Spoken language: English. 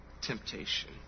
temptation